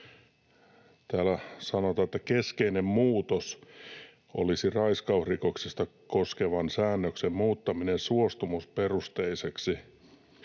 Täällä sanotaan: ”Keskeinen muutos olisi raiskausrikosta koskevan säännöksen muuttaminen suostumusperusteiseksi.